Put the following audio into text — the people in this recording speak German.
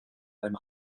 einem